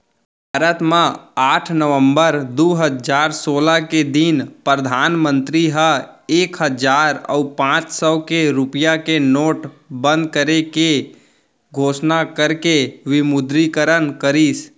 भारत म आठ नवंबर दू हजार सोलह के दिन परधानमंतरी ह एक हजार अउ पांच सौ रुपया के नोट बंद करे के घोसना करके विमुद्रीकरन करिस